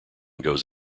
goes